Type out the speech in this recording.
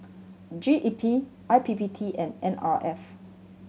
G E P I P P T and N R F